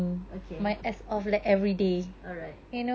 okay alright